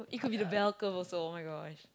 it could be the bell curve also [oh]-my-gosh